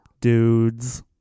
dudes